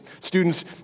Students